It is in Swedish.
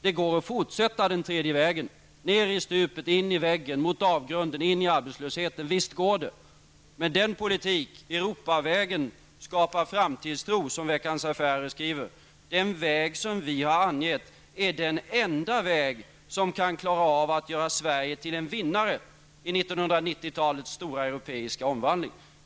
Det går att fortsätta på den tredje vägen -- ner i stupet, in i väggen, mot avgrunden och in i arbetslösheten. Visst går det! Men den politik som Europavägen innebär skapar framtidstro, som Veckans Affärer skriver. Den väg som vi har angett är den enda vägen om vi skall kunna klara av att göra Sverige till en vinnare i 1990-talets stora europeiska omvandling.